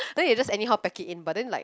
don't you just anyhow pack it in but then like